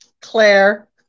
Claire